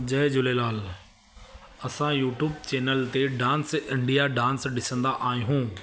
जय झूलेलाल असां YouTube channel ते dance India dance ॾिसंदा आहियूं